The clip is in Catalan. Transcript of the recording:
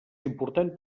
important